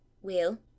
Will